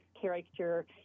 character